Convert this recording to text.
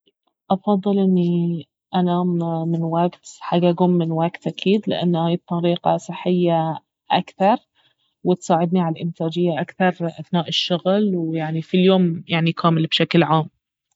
افضل اني انام من وقت حق أقوم من وقت اكيد لانه هاي الطريقة صحية اكثر وتساعدني على الإنتاجية اكثر اثناء الشغل ويعني في اليوم يعني كامل بشكل عام